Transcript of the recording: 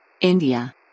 india